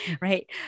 right